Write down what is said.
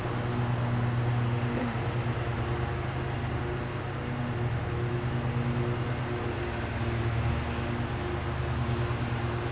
mm